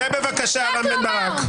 צא, בבקשה, רם בן ברק.